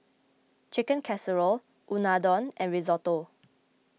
Chicken Casserole Unadon and Risotto